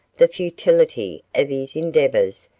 the futility of his endeavors,